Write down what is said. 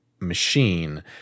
machine